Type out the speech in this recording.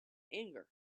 anger